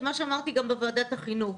את מה שאמרתי גם בוועדת החינוך,